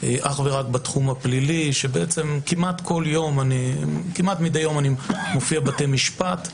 רק בתחום הפלילי שכמעט כל יום מופיע בבתי משפט.